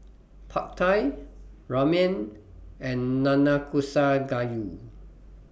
Pad Thai Ramen and Nanakusa Gayu